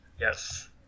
Yes